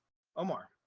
omar,